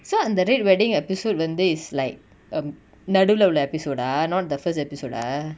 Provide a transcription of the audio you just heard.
so அந்த:antha red wedding episode வந்து:vanthu is like um நடுவுல உள்ள:naduvula ulla episode ah not the first episode ah